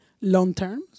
long-term